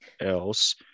else